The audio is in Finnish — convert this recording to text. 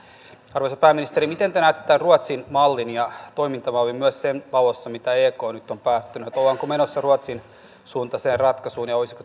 arvoisa pääministeri miten te näette tämän ruotsin mallin ja toimintamallin myös sen valossa mitä ek nyt on päättänyt ollaanko menossa ruotsin suuntaiseen ratkaisuun ja olisiko